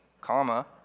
comma